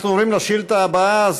אנחנו עוברים לשאילתה הבאה.